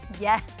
Yes